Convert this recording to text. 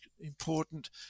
important